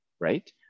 right